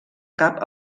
cap